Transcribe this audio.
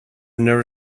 never